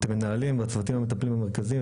את המנהלים ואת הצוותים המטפלים במרכזים,